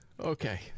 Okay